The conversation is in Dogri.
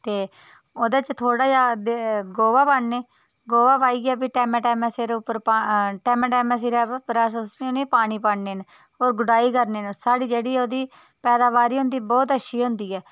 ते ओह्दे च थोह्ड़ा जेहा दे गोहा पान्ने गोहा पाइयै फ्ही टैमे टैमे सिरे उप्पर पा टैमे टैमे सिरे उप्पर अस उनें पानी पान्ने होर गुडाई करने स्हाड़ी जेह्ड़ी ओह्दी पैदावारी होंदी बोह्त अच्छी होंदी ऐ